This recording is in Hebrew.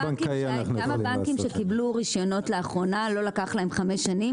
גם הבנקים שקיבלו רישיונות לאחרונה לא לקח להם חמש שנים.